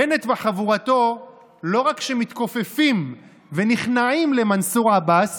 בנט וחבורתו לא רק שמתכופפים ונכנעים למנסור עבאס